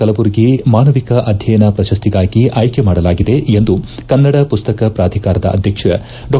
ಕಲಬುರ್ಗಿ ಮಾನವಿಕ ಅಧ್ಯಯನ ಪ್ರಶಸ್ತಿಗಾಗಿ ಆಯ್ಲಿ ಮಾಡಲಾಗಿದೆ ಸಾಹಿತಿ ಚಿಂತಕ ಎಂದು ಕನ್ನಡ ಪುಸ್ತಕ ಪ್ರಾಧಿಕಾರದ ಅಧ್ಯಕ್ಷ ಡಾ